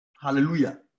Hallelujah